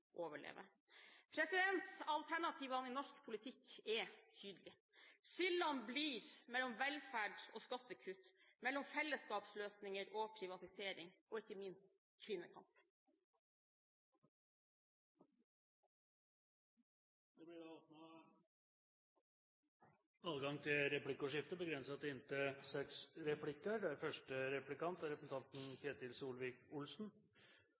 overleve. Alternativene i norsk politikk er tydelige: Skillene blir mellom velferd og skattekutt, mellom fellesskapsløsninger og privatisering – og ikke minst kvinnekamp. Det blir replikkordskifte. Første replikant er representanten